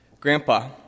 Grandpa